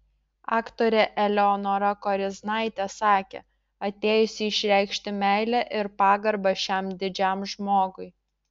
aktorė eleonora koriznaitė sakė atėjusi išreikšti meilę ir pagarbą šiam didžiam žmogui